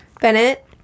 Bennett